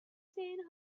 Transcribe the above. seen